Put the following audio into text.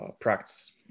practice